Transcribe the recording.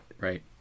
Right